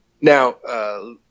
now –